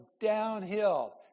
downhill